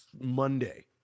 Monday